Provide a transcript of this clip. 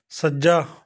ਸੱਜਾ